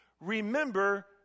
remember